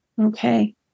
Okay